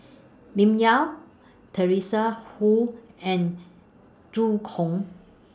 Lim Yau Teresa Hsu and Zhu Hong